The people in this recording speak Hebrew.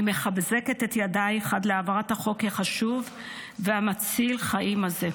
אני מחזקת את ידייך עד להעברת החוק החשוב והמציל חיים הזה.